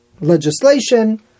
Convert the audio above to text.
legislation